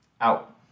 out